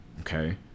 okay